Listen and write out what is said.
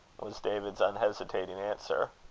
was david's unhesitating answer.